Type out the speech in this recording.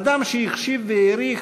אדם שהחשיב והעריך,